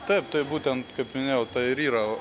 taip tai būtent kaip minėjau tai ir yra